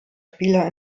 spieler